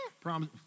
promise